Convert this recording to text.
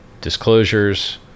Disclosures